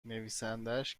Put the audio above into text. نویسندهاش